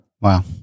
Wow